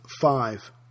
five